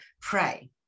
pray